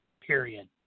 period